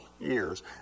years